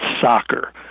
soccer